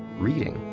reading,